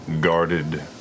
guarded